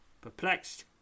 Perplexed